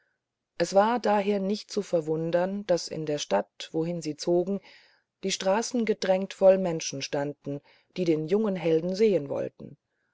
es war daher nicht zu verwundern daß in der stadt wohin sie zogen die straßen gedrängt voll menschen standen die den jungen helden sehen wollten